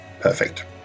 Perfect